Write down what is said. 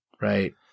right